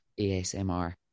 ASMR